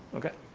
okay?